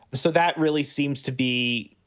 so that really seems to be.